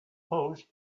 post